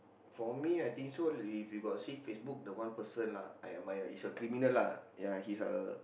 for me I think so if you got see Facebook the one person lah I admire is a criminal lah ya he's a